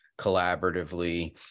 collaboratively